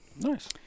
Nice